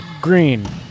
Green